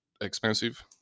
expensive